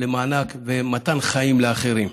למענק ולמתן חיים לאחרים.